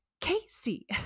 Casey